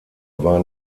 war